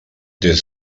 des